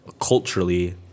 culturally